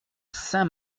saint